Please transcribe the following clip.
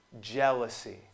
Jealousy